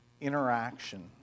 interaction